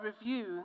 review